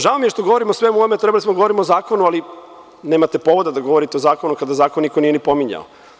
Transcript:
Žao mi je što govorimo o svemu ovome trebali smo da govorimo o zakonu, ali nemate povoda da govorite o zakonu, kada zakon niko nije ni pominjao.